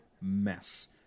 mess